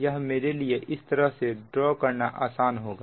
यह मेरे लिए इस तरह से ड्रॉ करना आसान होगा